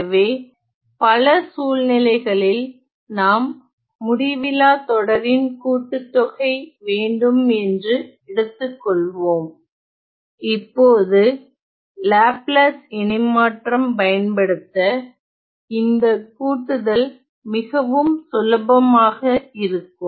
எனவே பல சூழ்நிலைகளில் நாம் முடிவிலா தொடரின் கூட்டுத்தொகை வேண்டும் என்று எடுத்துக்கொள்வோம் இப்போது லாப்லாஸ் இணைமாற்றம் பயன்படுத்த இந்த கூட்டுதல் மிகவும் சுலபமாக இருக்கும்